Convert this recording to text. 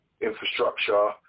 infrastructure